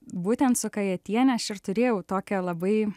būtent su kajatiene aš ir turėjau tokią labai